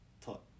thought